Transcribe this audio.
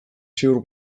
ziur